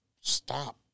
stop